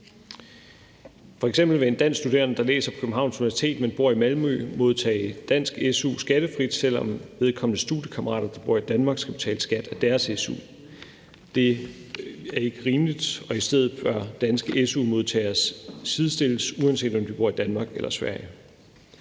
F.eks. vil en dansk studerende, der læser på Københavns Universitet, men bor i Malmø, modtage dansk su skattefrit, selv om vedkommendes studiekammerater, der bor i Danmark, skal betale skat af deres su. Det er ikke rimeligt, og i stedet bør danske su-modtagere sidestilles, uanset om de bor i Danmark eller Sverige.